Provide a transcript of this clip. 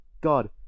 God